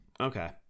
Okay